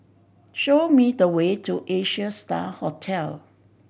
show me the way to Asia Star Hotel